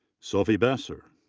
sofia besser.